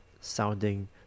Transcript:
sounding